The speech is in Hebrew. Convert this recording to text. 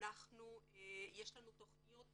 יש לנו תכניות